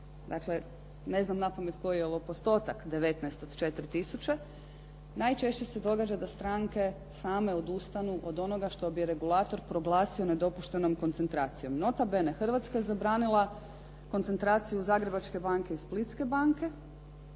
dakle ne znam napamet koji je ovo postotak 19 od 4 tisuće, najčešće se događa da stranke same odustanu od onoga što bi regulator proglasio nedopuštenom koncentracijom. Nota bene, Hrvatska je zabranila koncentraciju Zagrebačke banke i Splitske banke,